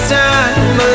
time